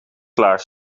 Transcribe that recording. klaar